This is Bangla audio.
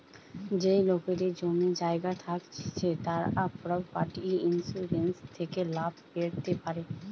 যেই লোকেদের জমি জায়গা থাকতিছে তারা প্রপার্টি ইন্সুরেন্স থেকে লাভ পেতে পারে